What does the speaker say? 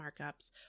markups